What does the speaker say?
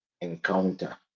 encounter